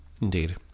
Indeed